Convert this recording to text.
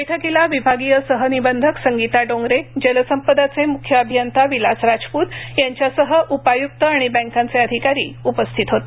बैठकीला विभागीय सहनिबंधक संगिता डोंगरे जलसंपदाचे म्ख्य अभियंता विलास राजपूत यांच्यासह उपाय्क्त आणि बँकांचे अधिकारी उपस्थित होते